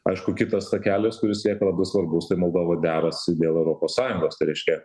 aišku kitas takelis kuris lieka labai svarbus tai moldova derasi dėl europos sąjungos tai reiškia